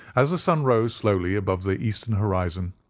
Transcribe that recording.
as the sun rose slowly above the eastern horizon,